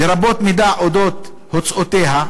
לרבות מידע אודות הוצאותיה,